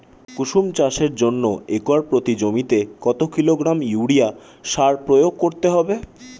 কুসুম চাষের জন্য একর প্রতি জমিতে কত কিলোগ্রাম ইউরিয়া সার প্রয়োগ করতে হবে?